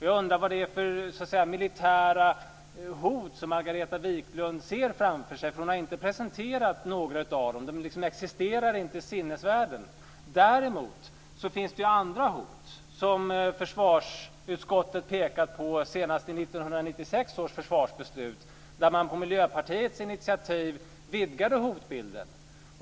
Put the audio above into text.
Jag undrar vad det är för militära hot som Margareta Viklund ser framför sig. Hon har inte presenterat några av dem. De existerar inte i sinnevärlden. Däremot finns det andra hot som försvarsutskottet pekat på senast i 1996 års försvarsbeslut. Där vidgade man på Miljöpartiets initiativ hotbilden.